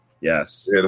Yes